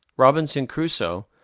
robinson crusoe,